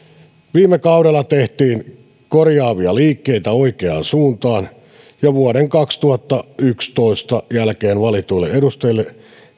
viime kaudella tehtiin korjaavia liikkeitä oikeaan suuntaan ja vuoden kaksituhattayksitoista jälkeen valituille edustajille